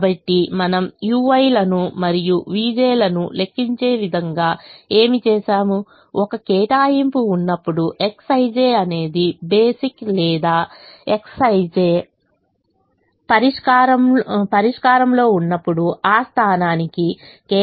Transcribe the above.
కాబట్టి మనము ui లను మరియు vj లను లెక్కించే విధంగా ఏమి చేసాము ఒక కేటాయింపు ఉన్నప్పుడు Xij అనేది బేసిక్ లేదా Xij పరిష్కారంలో ఉన్నప్పుడు ఆ స్థానానికి కేటాయింపు ui vj Cij